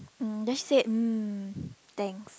um then she said mm thanks